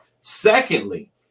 Secondly